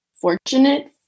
fortunate